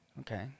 Okay